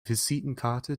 visitenkarte